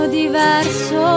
diverso